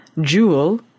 Jewel